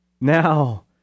now